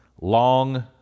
long